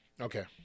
Okay